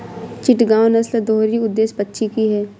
चिटगांव नस्ल दोहरी उद्देश्य पक्षी की है